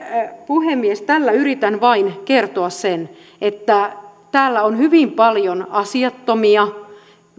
puhemies tällä yritän vain kertoa sen että täällä on hyvin paljon asiattomia